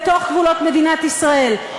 בתוך גבולות מדינת ישראל.